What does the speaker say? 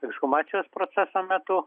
išhumacijos proceso metu